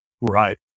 Right